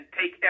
take